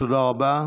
תודה רבה.